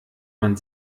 man